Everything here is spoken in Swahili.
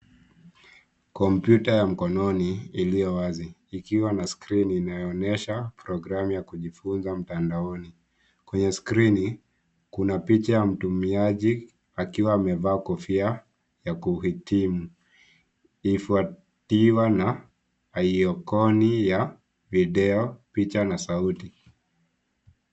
Kompyuta ya mkononi iliyo wazi ikiwa na skrini inayoonyesha programu ya kujifunza mtandaoni. Kwenye skrini, kuna picha ya mtumiaji akiwa amevaa kofia ya kuhitimu ikifuatiwa na aikoni ya video, picha na sauti.